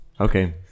okay